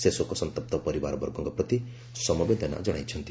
ସେ ଶୋକସନ୍ତପ୍ତ ପରିବାରବର୍ଗଙ୍କ ପ୍ରତି ସମବେଦନା ଜଣାଇଛନ୍ତି